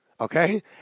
okay